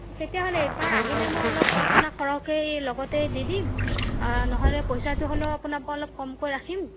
তেতিয়াহ'লে এইবাৰ আহিলে মই অলপ আপোনাক সৰহকৈ লগতেই দি দিম নহলে পইচাটো হ'লেও আপোনাৰ পৰা অলপ কমকৈ ৰাখিম